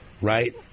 right